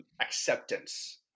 acceptance